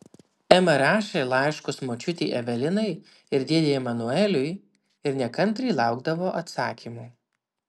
ema rašė laiškus močiutei evelinai ir dėdei emanueliui ir nekantriai laukdavo atsakymų